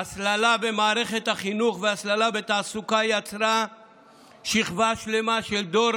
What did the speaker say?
ההסללה במערכת החינוך וההסללה בתעסוקה יצרו שכבה שלמה של דור